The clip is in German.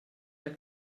der